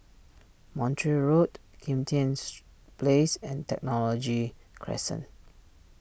Montreal Road Kim Tian's Place and Technology Crescent